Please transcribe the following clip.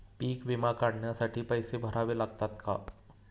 पीक विमा काढण्यासाठी पैसे भरावे लागतात का?